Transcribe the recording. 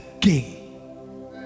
king